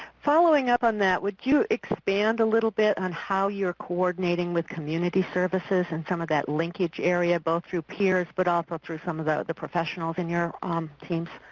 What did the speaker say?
following up on that, would you expand a little bit on how you are coordinating with community services and some of that linkage area go through peers but also through some of the professionals in your um team?